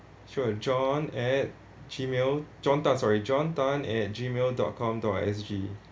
sure john at Gmail john tan sorry john tan at Gmail dot com dot S_G